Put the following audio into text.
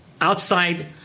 outside